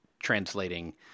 translating